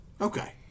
Okay